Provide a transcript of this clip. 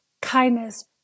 kindness